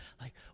like-